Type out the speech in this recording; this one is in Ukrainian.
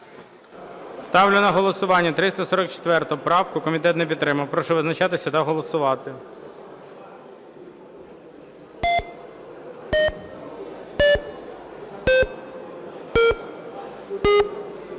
Ставлю на голосування правку 354. Комітетом не підтримана. Прошу визначатися та голосувати.